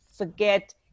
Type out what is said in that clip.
forget